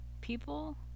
People